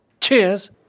Cheers